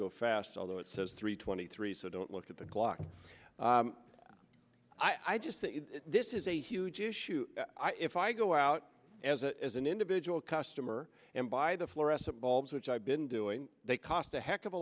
go fast although it says three twenty three so don't look at the clock i just this is a huge issue if i go out as an individual customer and by the fluorescent bulbs which i've been doing they cost a heck of a